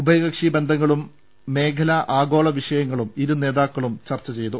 ഉഭയകക്ഷി ബന്ധങ്ങളും മേഖലാ ആഗോള വിഷയങ്ങളും ഇരുനേതാക്കളും ചർച്ചുചെയ്തു